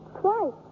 Twice